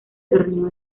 torneo